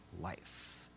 life